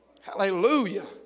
Hallelujah